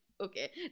Okay